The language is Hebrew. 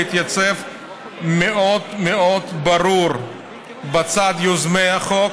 שהתייצב מאוד מאוד ברור בצד יוזם החוק,